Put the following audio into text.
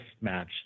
match